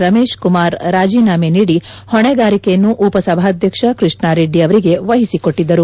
ರಮೇಶ್ ಕುಮಾರ್ ರಾಜೀನಾಮೆ ನೀಡಿ ಹೊಣೆಗಾರಿಕೆಯನ್ನು ಉಪಸಭಾಧ್ಯಕ್ಷ ಕೃಷ್ಣಾರೆಡ್ಡಿ ಅವರಿಗೆ ವಹಿಸಿಕೊಟ್ಟಿದ್ದರು